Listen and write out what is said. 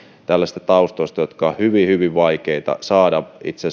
tällaisten taustoista ja on hyvin hyvin vaikea saada se itse